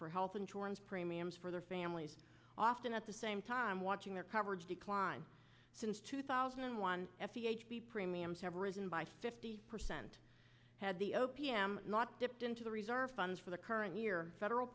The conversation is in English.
for health insurance premiums for their families often at the same time watching their coverage decline since two thousand and one premiums have risen by fifty percent had the o p m not dipped into the reserve fund for the current year federal